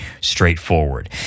straightforward